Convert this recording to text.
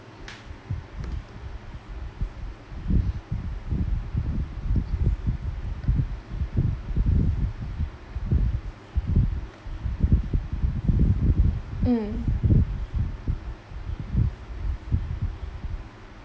mm